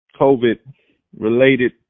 COVID-related